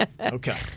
Okay